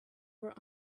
were